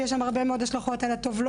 יש שם הרבה מאוד השלכות על הטובלות,